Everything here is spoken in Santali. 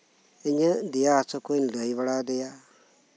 ᱤᱧᱟᱹᱜ ᱫᱮᱭᱟ ᱦᱟᱥᱩ ᱠᱩᱧ ᱞᱟᱹᱭ ᱵᱟᱲᱟᱣᱟᱫᱮᱭᱟ